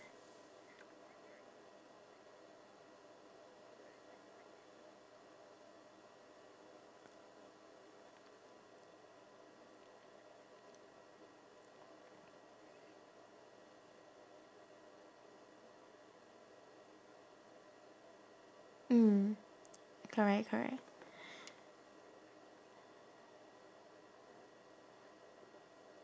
mm correct correct